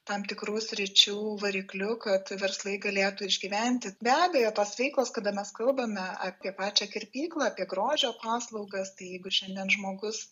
tam tikrų sričių varikliu kad verslai galėtų išgyventi be abejo tos veiklos kada mes kalbame apie pačią kirpyklą grožio paslaugas tai jeigu šiandien žmogus